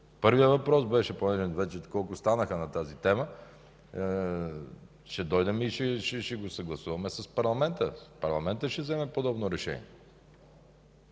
първият въпрос беше, колко станаха вече на тази тема, ще дойдем и ще го съгласуваме с парламента. Парламентът ще вземе подобно решение.